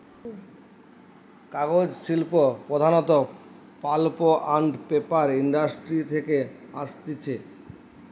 কাগজ শিল্প প্রধানত পাল্প আন্ড পেপার ইন্ডাস্ট্রি থেকে আসতিছে